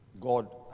God